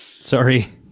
Sorry